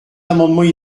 amendements